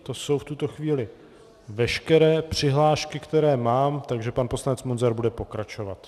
To jsou v tuto chvíli veškeré přihlášky, které mám, takže pan poslanec Munzar bude pokračovat.